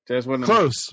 close